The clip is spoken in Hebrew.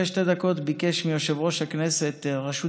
ואחרי שתי דקות ביקש מיושב-ראש הכנסת רשות